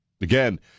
Again